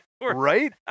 right